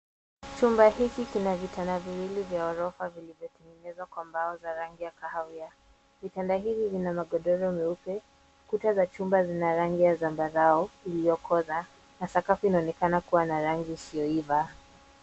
Chumba hiki kina vitanda viwili vya ghorofa vilivyotengenezwa kwa mbao za rangi ya kahawia. Vitanda hizi vina magodoro meupe. Kuta za chumba zina rangi ya zambarau iliyokoza, na sakafu inaonekana kuwa na rangi isiyoiva.